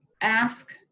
ask